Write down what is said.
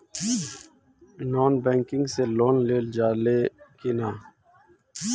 Non banking से loan लेल जा ले कि ना?